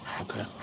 Okay